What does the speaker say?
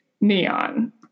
neon